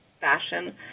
fashion